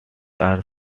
are